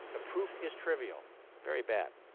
the proof is trivial very bad.